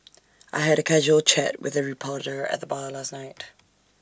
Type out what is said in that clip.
I had A casual chat with A reporter at the bar last night